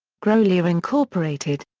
grolier incorporated.